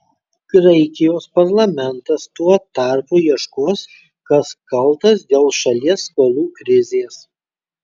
graikijos parlamentas tuo tarpu ieškos kas kaltas dėl šalies skolų krizės